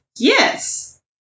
Yes